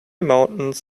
mountains